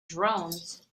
drones